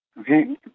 Okay